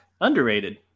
underrated